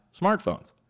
smartphones